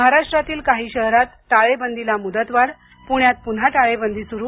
महाराष्ट्रातील काही शहरात टाळेबंदीला मुदतवाढ पुण्यात पुन्हा टाळेबंदी सुरू